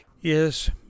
yes